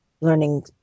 learning